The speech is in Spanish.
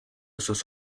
sus